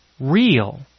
real